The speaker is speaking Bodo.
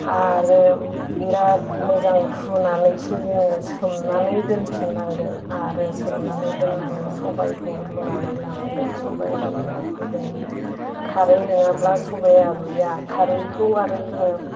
आरो बिराद मोजां हुनानैसो जोङो सोमनानै दोनफिननांगोन आरो सोमनानै दोननानै सबायखौ रुनानै लानांगोन सबाय रुनायावबो जों खारै नङाब्ला सबाया रुया खारैखौ आरो जोङो